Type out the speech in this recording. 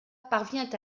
parvient